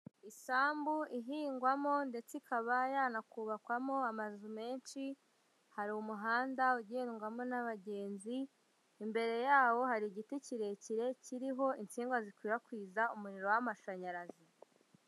Isambu ihingwamo ndetse ikaba yanakubakwamo amazu menshi, hari umuhanda ugendwamo n'abagenzi, imbere yawo hari igiti kirekire kiriho insinga zikwirakwiza umuriro w'amashanyarazi.